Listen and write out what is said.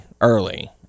early